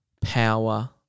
power